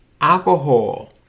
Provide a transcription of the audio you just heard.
alcohol